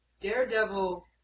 Daredevil